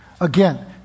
Again